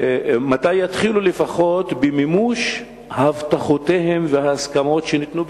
מתי יתחילו לפחות במימוש הבטחותיהם וההסכמות שניתנו,